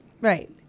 Right